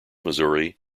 missouri